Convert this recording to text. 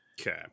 okay